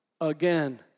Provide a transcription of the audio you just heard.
again